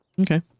okay